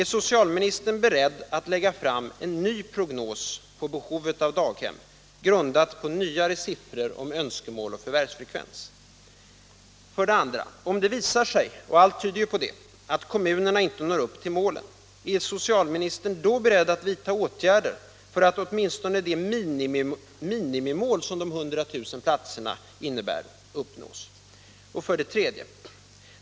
Är socialministern beredd att lägga fram en ny prognos på behovet av daghem — grundad på nyare siffror om önskemål och förvärvsfrekvens? 2. Om det visar sig — och allt tyder på det —- att kommunerna inte når upp till målen, är socialministern då beredd att vidta åtgärder för att åtminstone det minimimål som de 100 000 platserna innebär skall uppnås? 3.